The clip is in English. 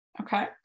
Okay